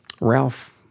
Ralph